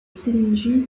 sillingy